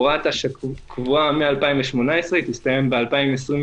הוראת השעה שקבועה מ-2018, תסתיים ב-2023.